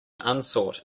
unsought